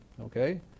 Okay